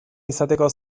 izateko